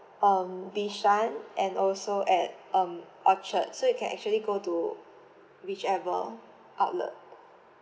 um bishan and also at um orchard so you can actually go to whichever outlet